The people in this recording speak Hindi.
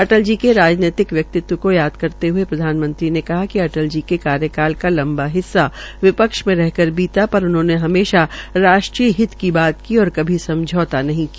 अटल जी के राजनैतिक व्यक्तित्व को याद करते हये प्रधानमंत्री ने कहा कि अटल जी के कार्यकाल का लम्बा हिस्सा विपक्ष में रह कर बीता पर उन्होंने हमेशा राष्ट्रीय हित की बात की और कभी समझौता नहीं किया